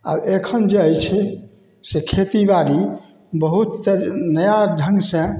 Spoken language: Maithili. आब एखन जे अछि से खेतीबाड़ी बहुत तर नया ढङ्गसे